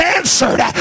answered